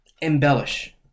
embellish